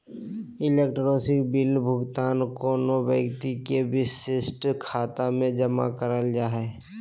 electronic bill भुगतान कोनो व्यक्ति के विशिष्ट खाता में जमा करल जा हइ